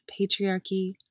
patriarchy